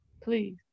Please